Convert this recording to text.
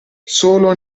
solo